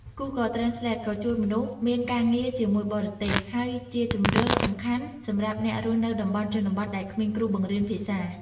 Google Translate ក៏ជួយមនុស្សមានការងារជាមួយបរទេស ហើយជាជម្រើសសំខាន់សម្រាប់អ្នករស់នៅតំបន់ជនបទដែលគ្មានគ្រូបង្រៀនភាសា។